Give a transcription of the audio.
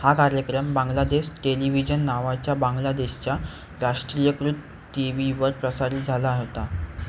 हा कार्यक्रम बांगलादेश टेलिवीजन नावाच्या बांगलादेशच्या राष्ट्रीयकृत टी वीवर प्रसारित झाला होता